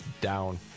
down